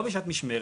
לא בשעת משמרת,